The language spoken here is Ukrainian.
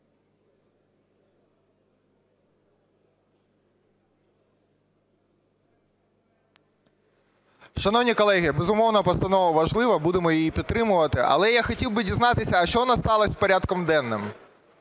Шановні колеги, безумовно, постанова важлива, будемо її підтримувати. Але я хотів би дізнатися, а що в нас сталось з порядком денним?